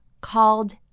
called